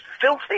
filthy